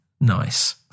Nice